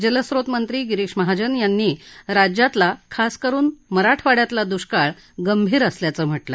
जलस्रोतमंत्री गिरीष महाजन यांनी राज्यातला खासकरुन मराठवाड्यातला दुष्काळ गंभीर असल्याचं म्हटलं